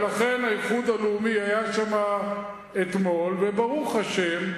ולכן האיחוד הלאומי היה שמה אתמול, וברוך השם,